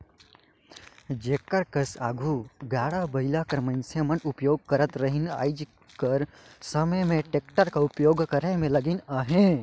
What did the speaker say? जेकर कस आघु गाड़ा बइला कर मइनसे मन उपियोग करत रहिन आएज कर समे में टेक्टर कर उपियोग करे में लगिन अहें